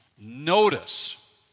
Notice